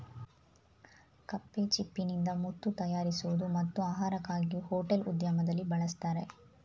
ಕಪ್ಪೆಚಿಪ್ಪಿನಿಂದ ಮುತ್ತು ತಯಾರಿಸುವುದು ಮತ್ತು ಆಹಾರಕ್ಕಾಗಿ ಹೋಟೆಲ್ ಉದ್ಯಮದಲ್ಲಿ ಬಳಸ್ತರೆ